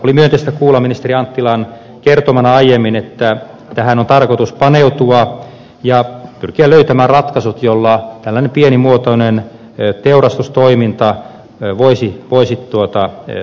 oli myönteistä kuulla ministeri anttilan kertomana aiemmin että tähän on tarkoitus paneutua ja pyrkiä löytämään ratkaisut joilla tällainen pienimuotoinen teurastustoiminta voisi toteutua